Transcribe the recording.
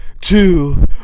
two